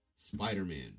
Spider-Man